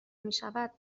میشوند